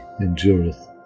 endureth